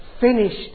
finished